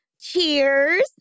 cheers